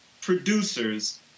producers